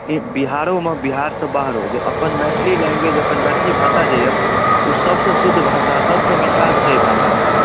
ई बिहारोमे बिहारसँ बाहरो जे अपन मैथिली लैंग्वेज अपन मैथिली भाषा जे यए ओ सभसँ शुद्ध भाषा सभसँ मिठास छै एहि भाषामे